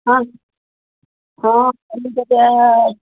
ହଁ ହଁ ସେମିତି ଦେହ